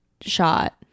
shot